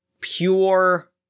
pure